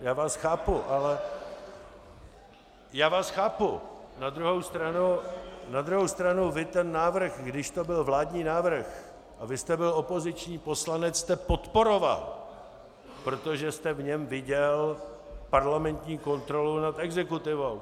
Já vás chápu, ale na druhou stranu vy jste ten návrh, když to byl vládní návrh a vy jste byl opoziční poslanec, podporoval, protože jste v něm viděl parlamentní kontrolu nad exekutivou.